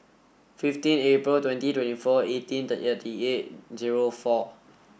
fifteen April twenty twenty four eighteen thirty eight zero four